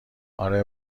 آره